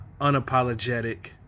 unapologetic